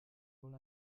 wohl